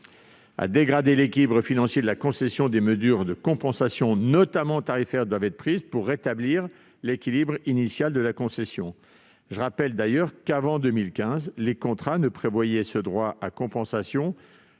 à dégrader l'équilibre financier de la concession, des mesures de compensation, notamment tarifaires, doivent être arrêtées pour rétablir l'équilibre initial de la concession. Avant 2015, d'ailleurs, les contrats ne prévoyaient ce droit à compensation